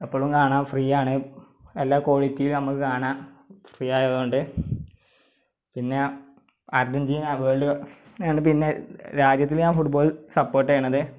എപ്പോഴും കാണാം ഫ്രീയാണ് എല്ലാ കോളിറ്റിയിലും നമുക്ക് കാണാം ഫ്രീയായത് കൊണ്ട് പിന്നെ അര്ജന്റീന വേള്ഡ് പിന്നെ രാജ്യത്തിൽ ഞാന് ഫുട്ബോള് സപ്പോർട്ട് ചെയ്യുന്നത്